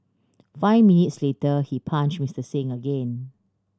five minutes later he punch Mister Singh again